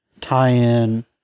tie-in